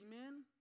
Amen